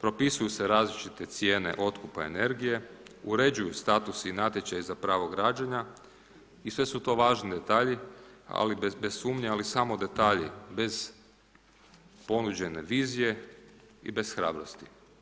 propisuju se različite cijene otkupa energije, uređuju statusi i natječaji za pravo građenja i sve su to važni detalji, bez sumnje, ali samo detalji bez ponuđene vizije i bez hrabrosti.